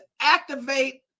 activate